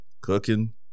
Cooking